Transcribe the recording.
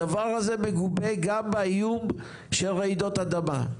הדבר הזה מגובה גם באיום של רעידות אדמה,